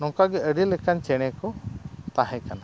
ᱱᱚᱝᱠᱟ ᱜᱮ ᱟᱹᱰᱤ ᱞᱮᱠᱟᱱ ᱪᱮᱬᱮᱠᱚ ᱛᱟᱦᱮᱸ ᱠᱟᱱᱟ